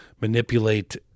manipulate